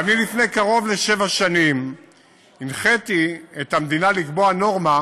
ואני לפני קרוב לשבע שנים הנחיתי את המדינה לקבוע נורמה